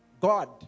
God